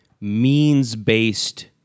means-based